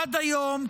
עד היום,